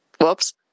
whoops